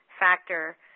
factor